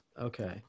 okay